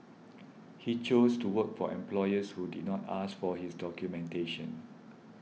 he chose to work for employers who did not ask for his documentation